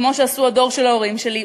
כמו שעשו בדור של ההורים שלי,